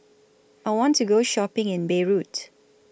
I want to Go Shopping in Beirut